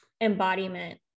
embodiment